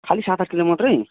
खालि सात आठ किलो मात्रै